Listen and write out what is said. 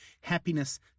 happiness